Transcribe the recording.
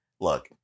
Look